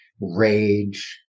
rage